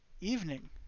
evening